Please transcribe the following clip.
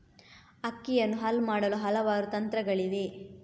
ಅಕ್ಕಿಯನ್ನು ಹಲ್ ಮಾಡಲು ಹಲವಾರು ತಂತ್ರಗಳಿವೆ